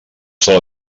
sòl